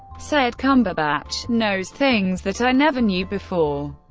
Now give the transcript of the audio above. said cumberbatch knows things that i never knew before.